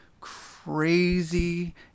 crazy